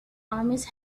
armies